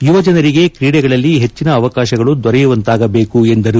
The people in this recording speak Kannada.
ಯುವ ಜನರಿಗೆ ಕ್ರೀಡೆಗಳಲ್ಲಿ ಹೆಚ್ಚಿನ ಅವಕಾಶಗಳು ದೊರೆಯುವಂತಾಗಬೇಕು ಎಂದರು